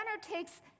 takes